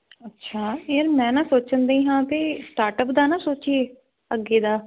ਅੱਛਾ ਯਾਰ ਮੈਂ ਨਾ ਸੋਚਣ ਰਹੀ ਹਾਂ ਕਿ ਸਟਾਰਟ ਅਪ ਦਾ ਨਾ ਸੋਚੀਏ ਅੱਗੇ ਦਾ